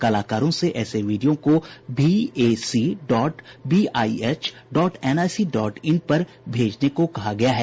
कलाकारों से ऐसे वीडियो को YAC dot BIH dot NIC dot in पर भेजने को कहा गया है